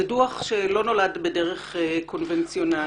זה דוח שלא נולד בדרך קונבנציונלית,